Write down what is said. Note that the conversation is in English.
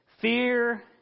Fear